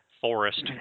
forest